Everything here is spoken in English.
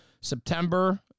September